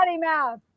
mouth